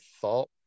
thought